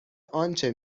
آنچه